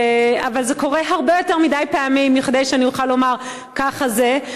אבל זה קורה הרבה יותר מדי פעמים מכדי שאני אוכל לומר: ככה זה.